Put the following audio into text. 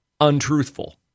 untruthful